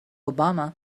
obama